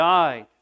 died